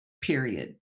Period